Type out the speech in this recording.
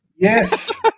Yes